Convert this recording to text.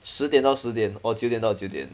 十点到十点 or 九点到九点